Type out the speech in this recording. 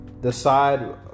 Decide